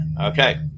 Okay